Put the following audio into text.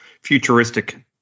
futuristic